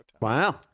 Wow